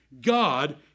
God